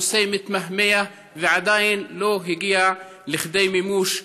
הנושא מתמהמה ועדיין לא הגיע לידי מימוש.